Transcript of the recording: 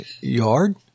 yard